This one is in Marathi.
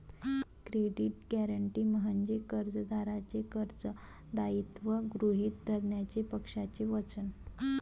क्रेडिट गॅरंटी म्हणजे कर्जदाराचे कर्ज दायित्व गृहीत धरण्याचे पक्षाचे वचन